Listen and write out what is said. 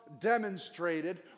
demonstrated